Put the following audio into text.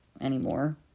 anymore